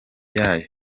yayo